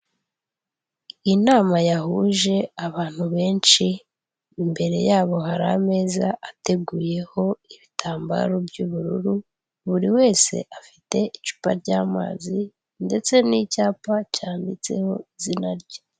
Inama yahuje abantu benshi, imbere yabo hari ameza ateguyeho ibitambaro by'ubururu, buri wese afite icupa ry'amazi ndetse n'icyapa cyanditseho izina rye.